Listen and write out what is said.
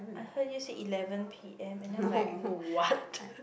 I heard you said eleven p_m and then I'm like what